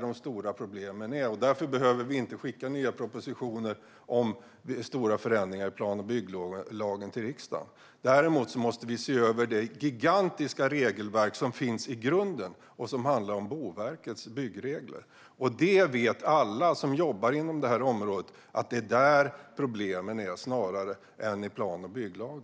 som de stora problemen är, och därför behöver vi inte skicka nya propositioner om stora förändringar i den till riksdagen. Däremot måste vi se över det gigantiska regelverk som finns i grunden och som handlar om Boverkets byggregler. Alla som jobbar inom det här området vet att det är där som problemen är snarare än i plan och bygglagen.